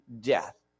death